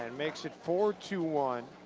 and makes it four two one.